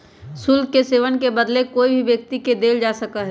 शुल्क के सेववन के बदले में कोई भी व्यक्ति के देल जा सका हई